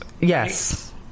yes